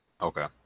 okay